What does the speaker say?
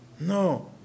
No